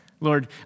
Lord